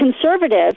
conservative